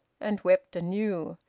and wept anew,